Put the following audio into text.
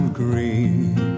green